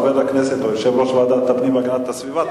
חבר הכנסת שהוא יושב-ראש ועדת הפנים והגנת הסביבה,